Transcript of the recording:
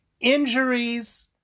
Injuries